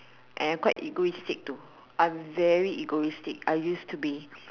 and I quite egoistic to I am very egoistic I use to be